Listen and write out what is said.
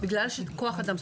בגלל כוח אדם.